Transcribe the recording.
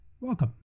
Welcome